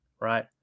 Right